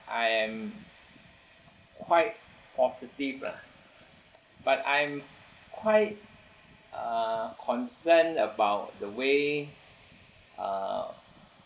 I am quite positive lah but I'm quite uh concerned about the way uh